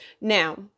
Now